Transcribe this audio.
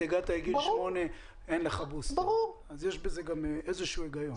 יש בזה איזשהו היגיון.